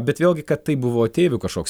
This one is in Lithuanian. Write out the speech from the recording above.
bet vėlgi kad tai buvo ateivių kažkoks